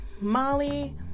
Molly